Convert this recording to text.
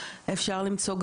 אפשר למצוא,